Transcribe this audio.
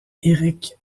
eric